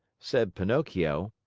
said pinocchio.